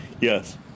Yes